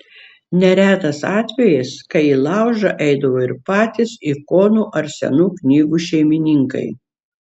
neretas atvejis kai į laužą eidavo ir patys ikonų ar senų knygų šeimininkai